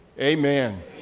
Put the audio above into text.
Amen